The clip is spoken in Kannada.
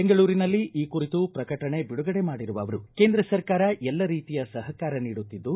ಬೆಂಗಳೂರಿನಲ್ಲಿ ಈ ಕುರಿತು ಪ್ರಕಟಣೆ ಬಿಡುಗಡೆ ಮಾಡಿರುವ ಅವರು ಕೇಂದ್ರ ಸರ್ಕಾರ ಎಲ್ಲ ರೀತಿಯ ಸಹಕಾರ ನೀಡುತ್ತಿದ್ದು